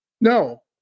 No